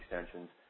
extensions